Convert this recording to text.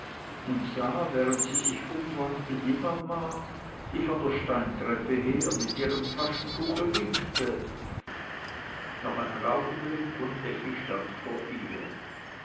und sah während sie sich umwandte die mama die von der steintreppe her mit ihrem taschentuch winkte noch einen augenblick und effi stand vor ihr